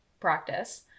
practice